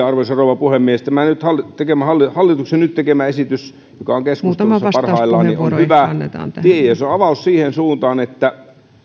arvoisa rouva puhemies tämä hallituksen nyt tekemä esitys joka on keskustelussa parhaillaan on hyvä tie ja se on avaus siihen suuntaan että